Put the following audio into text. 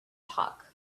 talk